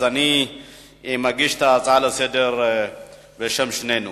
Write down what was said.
אז אני מגיש את ההצעה לסדר-היום בשם שנינו.